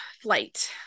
flight